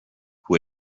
who